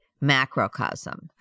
macrocosm